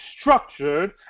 structured